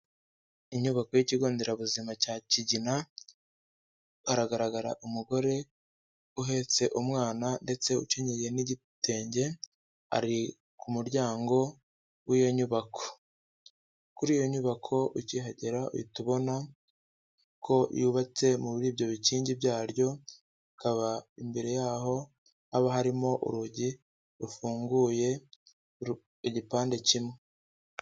Inyubako y'ikigo nderabuzima cya Kigina hagaragara umugore uhetse umwana ndetse ukenyeye n'igitenge ari ku muryango w'iyo nyubako, kuri iyo nyubako ukihagera uhita ubona ko yubatse muri ibyo bikingi byaryo, hakaba imbere yaho haba harimo urugi rufunguye igipande kimwe.